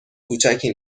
کوچکی